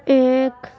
ایک